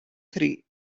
three